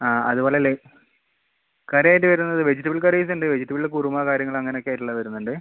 ആ അതുപോല ഇല്ലേ കറിയായിട്ട് വരുന്നത് വെജിറ്റബിൾ കറീസ് ഉണ്ട് വെജിറ്റബിൾ കുറുമ കാര്യങ്ങൾ അങ്ങനെ ഒക്കെ ആയിട്ടുള്ളത് വരുന്നുണ്ട്